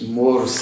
more